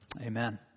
Amen